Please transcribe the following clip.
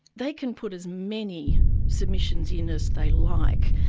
they can put as many submissions in as they like.